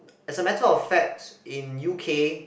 as a matter of facts in U_K